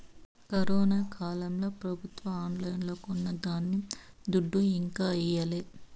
corona కాలంల పెబుత్వాలు ఆన్లైన్లో కొన్న ధాన్యం దుడ్డు ఇంకా ఈయలే